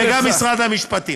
גם משרד המשפטים.